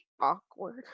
awkward